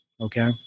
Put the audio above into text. okay